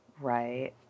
right